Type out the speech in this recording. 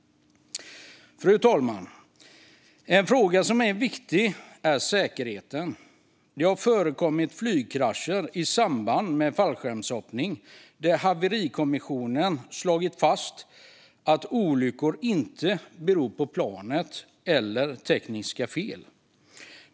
Fru talman! Säkerhetsfrågan är viktig. Det har förekommit flygkrascher i samband med fallskärmshoppning där Haverikommissionen slagit fast att olyckorna inte berott på planet eller tekniska fel.